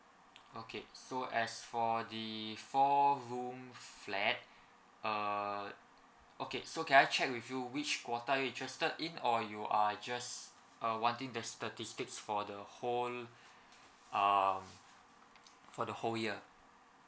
okay so as for the four room flat uh okay so can I check with you which quota interested in or you are just uh wanting the statistics for the whole um for the whole year